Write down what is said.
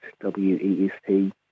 w-e-s-t